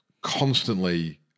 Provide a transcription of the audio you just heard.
constantly